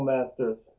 Masters